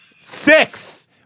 Six